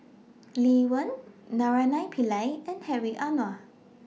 Lee Wen Naraina Pillai and Hedwig Anuar